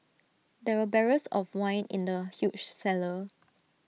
there were barrels of wine in the huge cellar